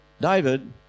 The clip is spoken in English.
David